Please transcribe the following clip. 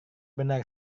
benar